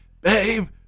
Babe